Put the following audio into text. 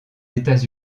états